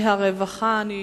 הרווחה והבריאות.